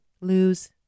lose